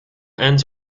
ends